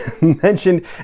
mentioned